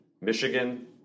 Michigan